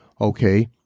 okay